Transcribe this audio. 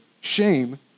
shame